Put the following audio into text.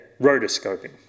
rotoscoping